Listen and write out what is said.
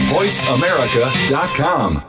VoiceAmerica.com